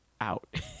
out